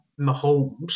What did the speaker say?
Mahomes